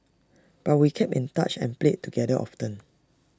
but we kept in touch and played together often